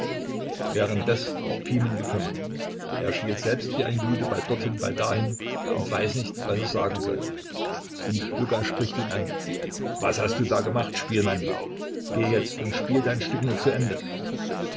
währenddes war pimen gekommen er schielt selbst wie ein jude bald dorthin bald dahin und weiß sichtlich selbst nicht was er sagen soll und luka spricht ihn an was hast du da gemacht spielmann geh jetzt und spiel dein stück nur zu ende